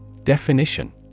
Definition